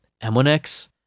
M1X